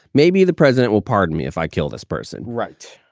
maybe the president will pardon me if i kill this person. right.